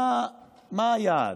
מה היעד?